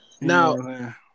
Now